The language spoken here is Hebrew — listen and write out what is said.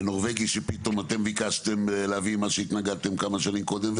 הנורווגי שפתאום אתם ביקשתם להביא מה שהתנגדתם כמה שנים קודם.